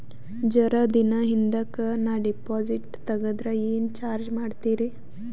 ಜರ ದಿನ ಹಿಂದಕ ನಾ ಡಿಪಾಜಿಟ್ ತಗದ್ರ ಏನ ಚಾರ್ಜ ಮಾಡ್ತೀರಿ?